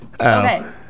Okay